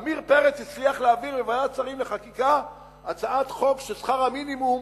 עמיר פרץ הצליח להעביר בוועדת שרים לחקיקה הצעת חוק של שכר המינימום,